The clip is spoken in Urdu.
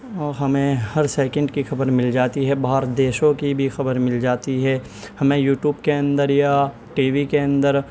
اور ہمیں ہر سیکنڈ کی خبر مل جاتی ہے باہر دیشوں کی بھی خبر مل جاتی ہے ہمیں یوٹیوب کے اندر یا ٹی وی کے اندر